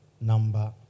number